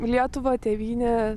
lietuva tėvynė